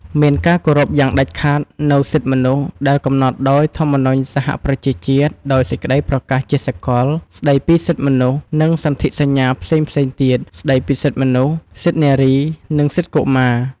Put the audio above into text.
មានការគោរពយ៉ាងដាច់ខាតនូវសិទ្ធិមនុស្ស ដែលកំណត់ដោយធម្មនុញ្ញសហប្រជាជាតិ ដោយសេចក្តីប្រកាសជាសកល ស្តីពីសិទ្ធិមនុស្ស និងសន្ធិសញ្ញាផ្សេងៗទៀត ស្តីពីសិទ្ធិមនុស្ស សិទ្ធិនារី និងសិទ្ធិកុមារ។